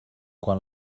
quan